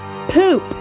Poop